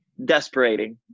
desperating